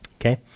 Okay